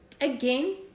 Again